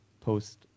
post